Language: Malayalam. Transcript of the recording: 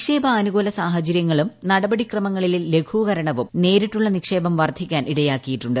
നിക്ഷേപാനുകൂല സാഹചര്യങ്ങളും നടപടി ക്രമങ്ങളിലെ ലഘൂകരണവും നേരിട്ടുള്ള നിക്ഷേപം വർധിക്കാൻ ഇടയാക്കിയിട്ടുണ്ട്